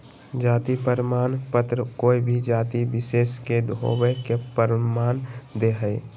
जाति प्रमाण पत्र कोय भी जाति विशेष के होवय के प्रमाण दे हइ